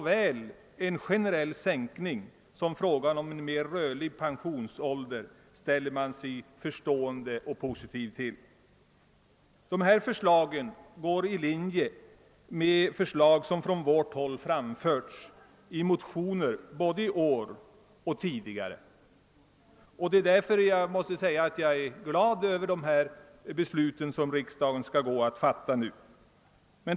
Man ställer sig förstående och positiv till såväl en generell sänkning som till en rörligare pensionsålder. Dessa förslag överensstämmer med sådana som framförts av oss i motioner, både i år och tidigare. Därför är jag glad över de beslut som riksdagen nu går att fatta.